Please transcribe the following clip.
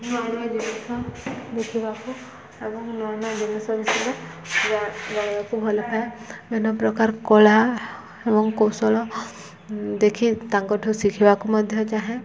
ନୂଆ ନୂଆ ଜିନିଷ ଦେଖିବାକୁ ଏବଂ ନୂଆ ନୂଆ ଜିନିଷ ବିଷୟରେ ଜାଣିବାକୁ ଭଲ ପାଏ ବିଭିନ୍ନ ପ୍ରକାର କଳା ଏବଂ କୌଶଳ ଦେଖି ତାଙ୍କ ଠୁ ଶିଖିବାକୁ ମଧ୍ୟ ଚାହେଁ